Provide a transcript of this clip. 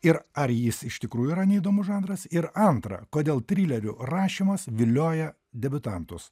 ir ar jis iš tikrųjų yra neįdomus žanras ir antra kodėl trilerių rašymas vilioja debiutantus